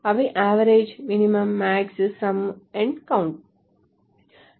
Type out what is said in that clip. అవి average min max sum and count